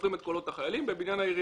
סופרים את קולות החיילים בבניין העירייה.